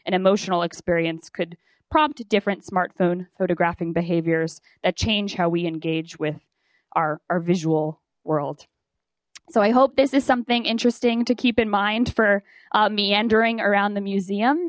an emotional experience could prompt different smartphone photographing behaviors that change how we engage with our visual world so i hope this is something interesting to keep in mind for meandering around the museum